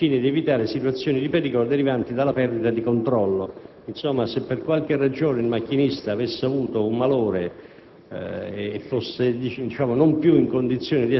che verifica la presenza attiva del macchinista, al fine di evitare situazioni di pericolo derivanti dalla perdita di controllo. Insomma, se per qualche ragione il macchinista avesse un malore